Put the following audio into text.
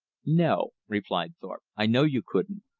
no, replied thorpe. i know you couldn't.